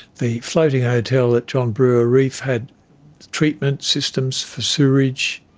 the floating hotel at john brewer reef had treatment systems for sewerage.